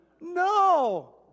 No